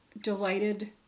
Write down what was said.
delighted